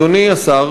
אדוני השר,